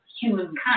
humankind